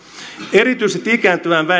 erityisesti ikääntyvään